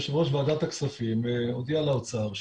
יושב ראש ועדת הכספים הודיע לאוצר,